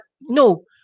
No